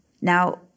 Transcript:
Now